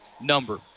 number